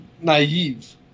naive